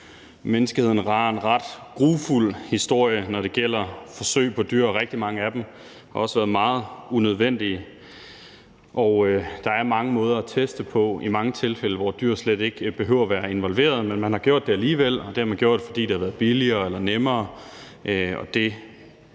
Menneskeheden har en ret grufuld historie, når det gælder dyreforsøg, og rigtig mange af dem har også været meget unødvendige. Der er mange måder at teste på, og i mange tilfælde behøver dyr slet ikke at være involveret, men de har været det alligevel. Det har de været, fordi det har været billigere eller nemmere.